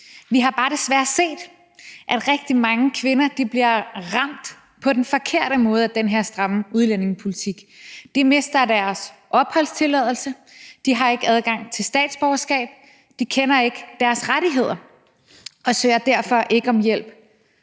Vi har bare desværre set, at rigtig mange kvinder bliver ramt på den forkerte måde af den her stramme udlændingepolitik. De mister deres opholdstilladelse, de har ikke adgang til statsborgerskab, de kender ikke deres rettigheder og søger derfor ikke om hjælp.